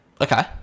Okay